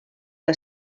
que